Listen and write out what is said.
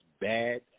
bad